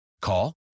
call